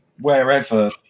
wherever